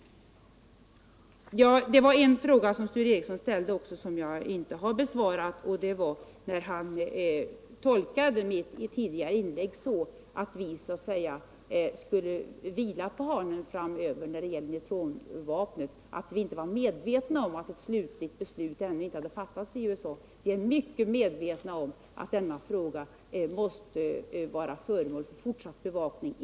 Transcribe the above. En fråga från Sture Ericson har jag ännu inte besvarat. Han tolkade ett tidigare inlägg från mig så att jag menade att vi skulle vila på hanen framöver när det gäller neutronbomben, dvs. att vi inte var medvetna om att ett slutligt beslut ännu inte hade fattats i USA. Vi är mycket medvetna om att denna fråga måste vara föremål för fortsatt bevakning.